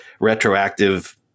retroactive